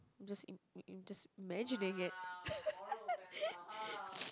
I'm just im~ im~ imagining it